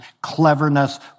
cleverness